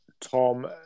Tom